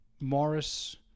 Morris